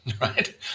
Right